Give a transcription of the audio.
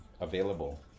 available